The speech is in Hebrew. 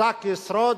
החזק ישרוד,